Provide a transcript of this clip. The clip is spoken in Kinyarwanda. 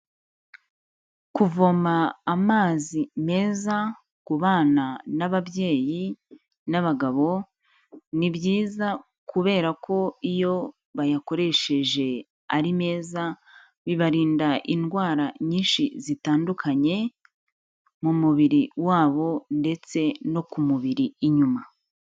Kuvoma amazi meza ku bana n'ababyeyi n'abagabo, ni byiza kubera ko iyo bayakoresheje ari meza bibarinda indwara nyinshi zitandukanye mu mubiri wabo, ndetse no ku mubiri inyuma.